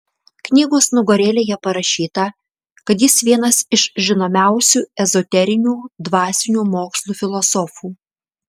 knygos nugarėlėje parašyta kad jis vienas iš žinomiausių ezoterinių dvasinių mokslų filosofų